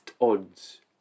odds